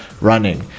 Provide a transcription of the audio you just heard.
running